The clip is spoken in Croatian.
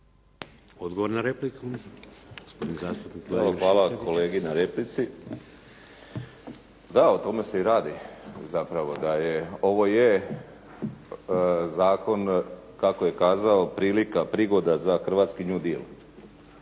Evo hvala kolegi na replici. Da, o tome se i radi zapravo da ovo je zakon kako je kazao prilika, prigoda za hrvatski "new deal".